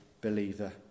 believer